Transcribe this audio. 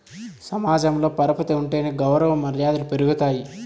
సమాజంలో పరపతి ఉంటేనే గౌరవ మర్యాదలు పెరుగుతాయి